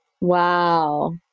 Wow